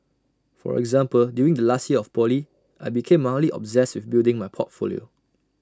for example during the last year of poly I became mildly obsessed with building my portfolio